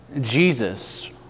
Jesus